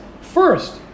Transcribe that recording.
First